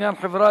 לעררים),